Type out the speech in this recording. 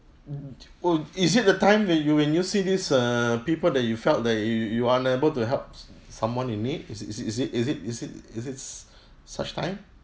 oh is it the time when you when you see these err people that you felt that you you you're unable to helps someone in need is it is it is it is it is it's such time